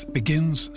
begins